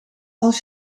als